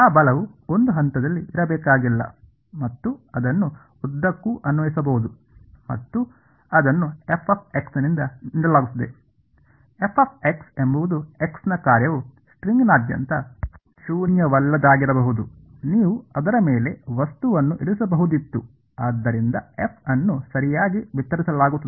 ಆ ಬಲವು ಒಂದು ಹಂತದಲ್ಲಿ ಇರಬೇಕಾಗಿಲ್ಲ ಮತ್ತು ಅದನ್ನು ಉದ್ದಕ್ಕೂ ಅನ್ವಯಿಸಬಹುದು ಮತ್ತು ಅದನ್ನು fನಿಂದ ನೀಡಲಾಗುತ್ತದೆ f ಎಂಬುದು x ನ ಕಾರ್ಯವು ಸ್ಟ್ರಿಂಗ್ನಾದ್ಯಂತ ಶೂನ್ಯವಲ್ಲದದ್ದಾಗಿರಬಹುದು ನೀವು ಅದರ ಮೇಲೆ ವಸ್ತುವನ್ನು ಇರಿಸಬಹುದಿತ್ತು ಆದ್ದರಿಂದ f ಅನ್ನು ಸರಿಯಾಗಿ ವಿತರಿಸಲಾಗುತ್ತದೆ